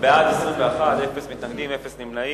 בעד, 21, אפס מתנגדים, אפס נמנעים.